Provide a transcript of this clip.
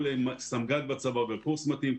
כל סמג"ד בצבא עובר קורס מתאים,